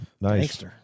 nice